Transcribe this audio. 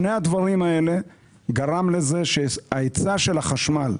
שני הדברים האלה גרמו לזה שההיצע ירד של החשמל,